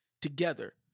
together